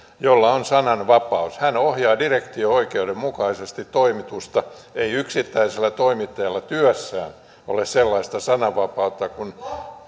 jolla on sananvapaus hän ohjaa direktio oikeuden mukaisesti toimitusta ei yksittäisellä toimittajalla työssään ole sellaista sananvapautta kuin